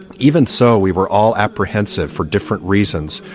even so we were all apprehensive for different reasons.